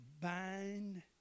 bind